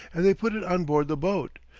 and they put it on board the boat,